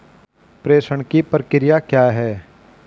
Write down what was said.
प्रेषण की प्रक्रिया क्या है?